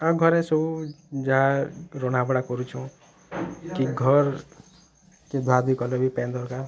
ଆର୍ ଘରେ ସବୁ ଯାହା ରନ୍ଧାବଢ଼ା କରୁଛୁଁ କି ଘର୍ କେ ଧୁଆଧୁଇ କଲେ ବି ପାଏନ୍ ଦରକାର୍